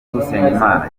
usengimana